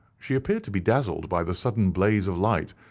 she appeared to be dazzled by the sudden blaze of light,